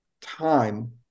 time